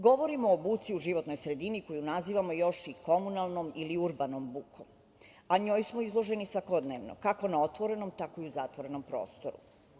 Govorimo o buci u životnoj sredini koju nazivamo još i komunalnom ili urbanom bukom, a njoj smo izloženi svakodnevno, kako na otvorenom, tako i u zatvorenom prostoru.